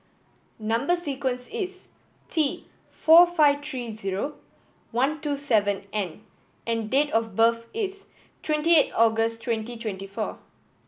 number sequence is T four five three zero one two seven N and date of birth is twenty eight August twenty twenty four